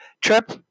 trip